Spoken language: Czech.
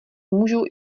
můžou